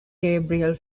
gabriel